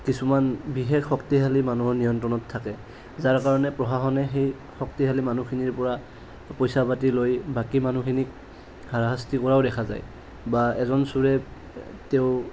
কিছুমান বিশেষ শক্তিশালী মানুহৰ নিয়ন্ত্ৰণত থাকে যাৰ কাৰণে প্ৰশাসনে সেই শক্তিশালী মানুহখিনিৰ পৰা পইচা পাতি লৈ বাকী মানুহখিনিক হাৰাশাস্তি কৰাও দেখা যায় বা এজন চোৰে তেওঁ